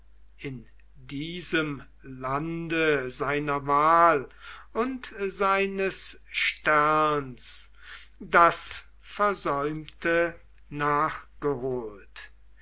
in diesem lande seiner wahl und seines sterns das versäumte nachgeholt